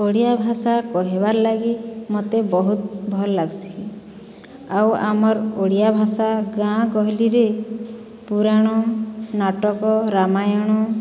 ଓଡ଼ିଆ ଭାଷା କହିବାର୍ ଲାଗି ମତେ ବହୁତ ଭଲ୍ ଲାଗ୍ସି ଆଉ ଆମର୍ ଓଡ଼ିଆ ଭାଷା ଗାଁ ଗହଲିରେ ପୁରାଣ ନାଟକ ରାମାୟଣ